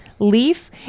leaf